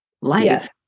life